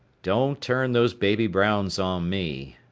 don't turn those baby browns on me,